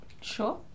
Sure